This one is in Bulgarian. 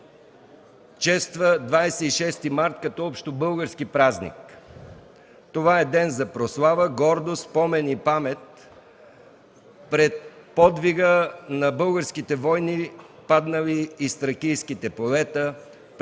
чества 26 март като общобългарски празник. Това е ден за прослава, гордост, помен и памет пред подвига на българските воини, паднали из тракийските полета,